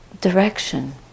direction